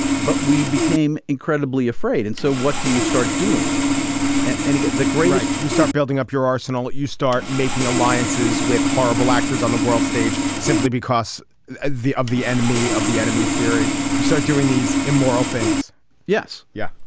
but we became incredibly afraid and so what do you start doing and and you get the grades you start building up your arsenal you start making alliances with horrible actors on the world stage simply because of the enemy of the enemy theory. you start doing these immoral things yes. yeah.